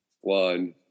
one